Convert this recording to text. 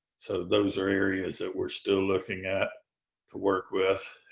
so those are areas that we're still looking at to work with and